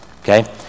Okay